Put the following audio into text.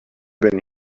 been